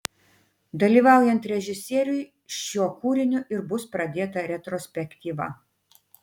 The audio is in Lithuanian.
dalyvaujant režisieriui šiuo kūriniu ir bus pradėta retrospektyva